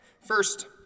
First